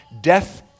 Death